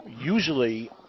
Usually